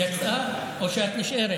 יצאת או שאת נשארת?